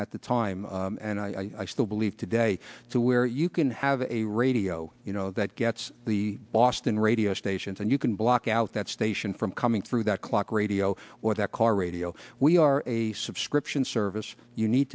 at the time and i still believe today to where you can have a radio you know that gets the boston radio stations and you can block out that station from coming through that clock radio or that car radio we are a subscription service you need